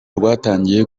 rwatangiye